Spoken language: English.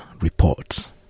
reports